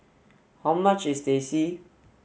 how much is Teh C